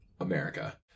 America